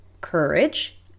courage